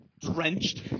drenched